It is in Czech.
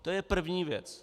To je první věc.